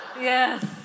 Yes